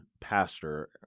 pastor